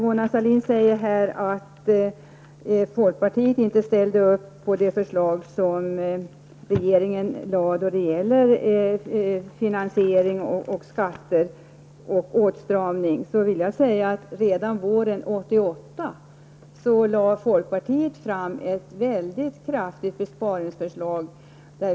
Mona Sahlin säger att folkpartiet inte ställde sig bakom de förslag som regeringen lade fram då det gäller finansiering, skatter och åtstramning. Redan våren 1988 lade folkpartiet fram ett väldigt kraftigt besparingsförslag.